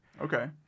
Okay